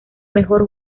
mejor